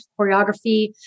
choreography